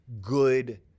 good